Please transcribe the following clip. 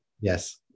Yes